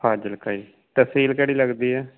ਫਾਜ਼ਿਲਕਾ ਜੀ ਤਹਿਸੀਲ ਕਿਹੜੀ ਲੱਗਦੀ ਹੈ